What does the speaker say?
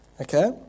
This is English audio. okay